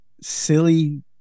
silly